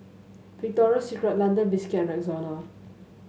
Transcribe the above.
Victoria Secret London Biscuits and Rexona